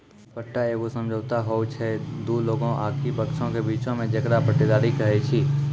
पट्टा एगो समझौता होय छै दु लोगो आकि पक्षों के बीचो मे जेकरा पट्टेदारी कही छै